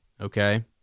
Okay